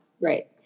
right